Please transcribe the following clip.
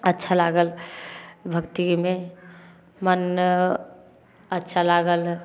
अच्छा लागल भक्तिमे मोन अच्छा लागल